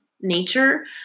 nature